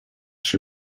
się